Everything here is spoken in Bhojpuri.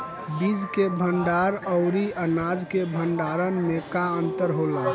बीज के भंडार औरी अनाज के भंडारन में का अंतर होला?